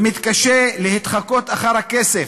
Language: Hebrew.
והוא מתקשה להתחקות אחר הכסף,